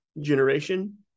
generation